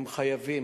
הם חייבים,